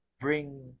bring